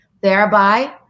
Thereby